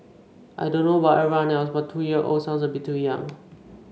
I don't know about everyone else but two year old sounds a bit too young